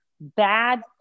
bad